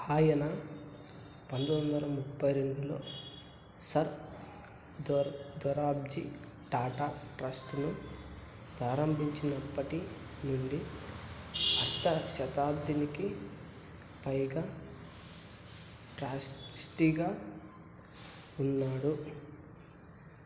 ఆయన పంతొమ్మిది వందల ముప్పై రెండులో సార్ దొరాబ్జీ టాటా ట్రస్ట్ను ప్రారంభించినప్పటి నుండి అర్ధ శతాబ్దానికి పైగా ట్రస్టీగా ఉన్నాడు